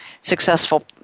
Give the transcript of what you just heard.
successful